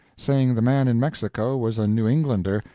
saying the man in mexico was a new-englander,